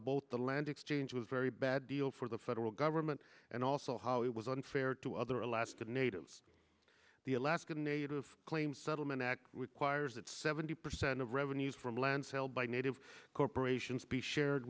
both the land exchange was very bad deal for the federal government and also how it was unfair to other alaska natives the alaska native claims settlement act requires that seventy percent of read the news from lance held by native corporations be shared